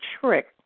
trick